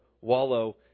wallow